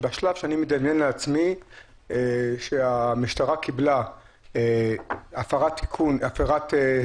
בשלב שאני מדמיין לעצמי שהמשטרה קיבלה הפרת בידוד,